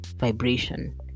vibration